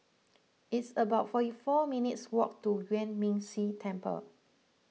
it's about forty four minutes' walk to Yuan Ming Si Temple